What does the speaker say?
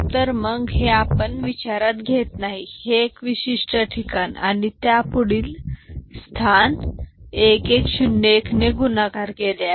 तर मग हे आपण विचारात घेत नाही हे विशिष्ट ठिकाण आणि पुढील स्थान 1 1 0 1 ने गुणाकार केले आहे